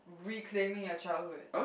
reclaiming your childhood